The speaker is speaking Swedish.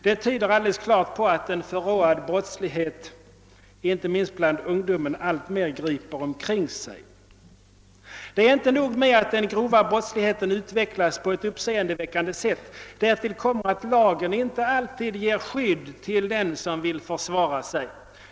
Det tyder alldeles klart på att den förråade brottsligheten alltmer griper omkring sig, inte minst bland ungdomen. Det är inte nog med att den grova brottsligheten utvecklas på ett uppseendeväckande sätt. Därtill kommer att lagen inte alltid ger skydd till den som vill försvara sig.